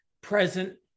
present